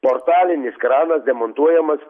portalinis kranas demontuojamas